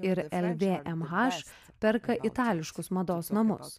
ir lbmh perka itališkus mados namus